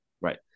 Right